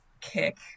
kick